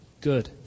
Good